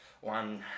one